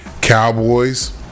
Cowboys